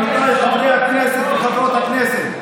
עמיתיי חברי הכנסת וחברות הכנסת,